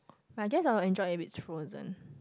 I guess I will enjoy it with frozen